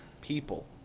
people